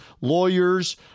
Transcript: lawyers